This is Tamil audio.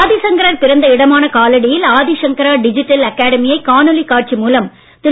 ஆதிசங்கரர் பிறந்த இடமான காலடியில் ஆதி சங்கரா டிஜிட்டல் அகாடமியை காணொலி காட்சி மூலம் திரு